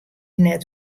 net